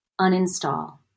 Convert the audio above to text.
Uninstall